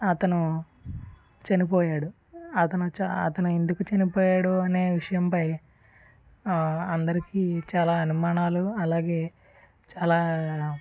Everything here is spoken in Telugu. అతను చనిపోయాడు అతను చ అతను ఎందుకు చనిపోయాడు అనే విషయంపై అందరికి చాలా అనుమానాలు అలాగే చాలా